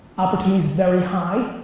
opportunities very high.